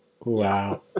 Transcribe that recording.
Wow